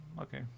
okay